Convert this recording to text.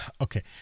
okay